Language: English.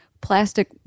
plastic